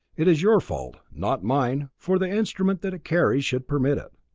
it is your fault, not mine, for the instruments that it carries should permit it.